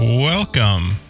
Welcome